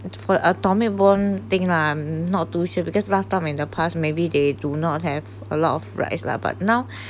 for atomic bomb thing lah I'm not too sure because last time in the past maybe they do not have a lot of rice lah but now